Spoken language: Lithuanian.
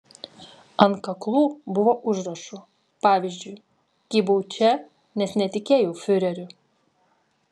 ant kaklų buvo užrašų pavyzdžiui kybau čia nes netikėjau fiureriu